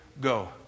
go